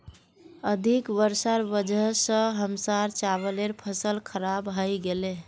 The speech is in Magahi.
अधिक वर्षार वजह स हमसार चावलेर फसल खराब हइ गेले